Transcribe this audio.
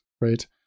right